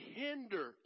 hinder